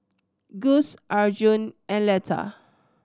Gust Arjun and Letha